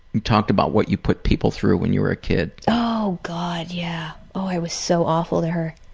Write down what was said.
we talked about what you put people through when you were a kid. oh god, yeah. oh i was so awful to her.